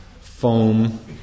foam